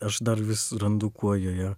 aš dar vis randu kuo joje